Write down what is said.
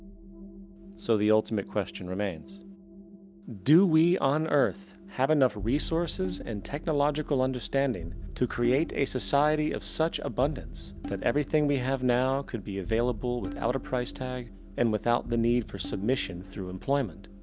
so the ultimate question remains do we on earth have enough resources and technological understanding to create a society of such abundance, that everything we have now could be available without a price tag and without the need for submission through employment?